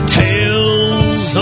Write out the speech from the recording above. tales